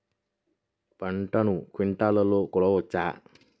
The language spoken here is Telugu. పంటను క్వింటాల్లలో కొలవచ్చా?